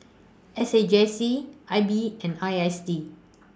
S A J C I B and I S D